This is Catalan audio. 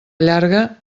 llarga